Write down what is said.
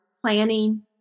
planning